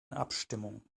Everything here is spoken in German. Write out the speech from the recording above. abstimmung